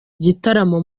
igitaramo